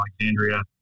Alexandria